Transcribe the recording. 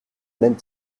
mêmes